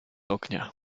ognia